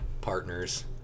partners